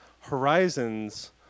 horizons